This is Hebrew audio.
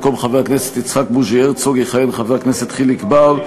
במקום חבר הכנסת יצחק הרצוג יכהן חבר הכנסת חיליק בר,